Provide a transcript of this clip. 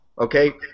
Okay